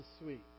sweet